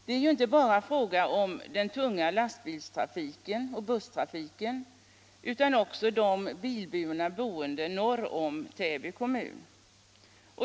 Det är ju inte bara fråga om den tunga lastbilstrafiken och bullertrafiken utan också om de bilburna boende norr om Täby kommun.